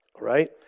right